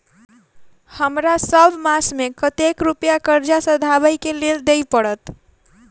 हमरा सब मास मे कतेक रुपया कर्जा सधाबई केँ लेल दइ पड़त?